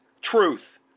truth